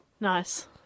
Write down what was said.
Nice